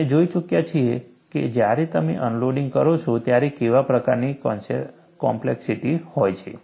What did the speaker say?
આપણે જોઈ ચૂક્યા છીએ કે જ્યારે તમે અનલોડિંગ કરો છો ત્યારે કેવા પ્રકારની કોમ્પ્લેક્સિટી હોય છે